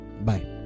Bye